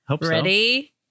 Ready